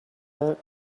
that